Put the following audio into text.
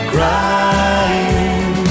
Crying